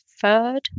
third